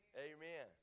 Amen